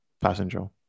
passenger